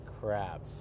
crap